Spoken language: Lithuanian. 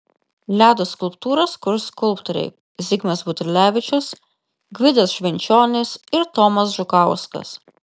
ledo skulptūras kurs skulptoriai zigmas buterlevičius gvidas švenčionis ir tomas žukauskas